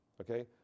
Okay